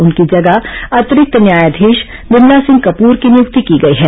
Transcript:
उनकी जगह अतिरिक्त न्यायाधीश विमला सिंह कपूर की नियुक्ति की गई है